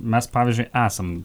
mes pavyzdžiui esam